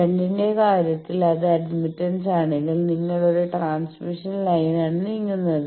ഷണ്ടിന്റെ കാര്യത്തിൽ അത് അഡ്മിറ്റൻസാണെങ്കിൽ നിങ്ങൾ ഒരു ട്രാൻസ്മിഷൻ ലൈനിലാണ് നീങ്ങുന്നത്